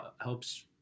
helps